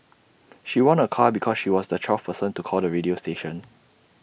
she won A car because she was the twelfth person to call the radio station